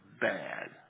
bad